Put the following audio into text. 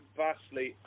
vastly